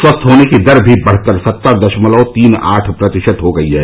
स्वस्थ होने की दर भी बढ़कर सत्तर दशमलव तीन आठ प्रतिशत हो गई है